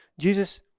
Jesus